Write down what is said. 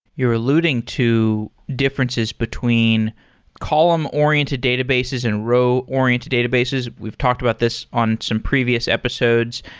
you're alluding to differences between column-oriented databases and row oriented databases. we've talked about this on some previous episodes.